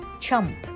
Chump